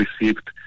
received